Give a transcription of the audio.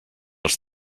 els